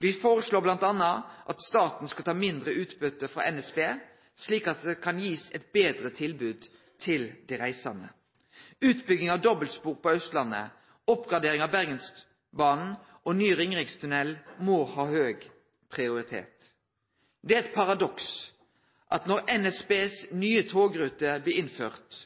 Me foreslår bl.a. at staten skal ta mindre utbytte frå NSB, slik at ein kan gi eit betre tilbod til dei reisande. Utbygging av dobbeltspor på Austlandet, oppgradering av Bergensbanen og bygging av ny Ringerikstunnel må ha høg prioritet. Det er eit paradoks at når NSBs nye togruter blir innførte,